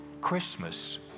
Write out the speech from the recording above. Christmas